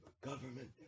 government